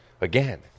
Again